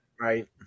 Right